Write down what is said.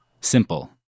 simple